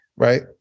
Right